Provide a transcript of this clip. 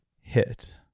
hit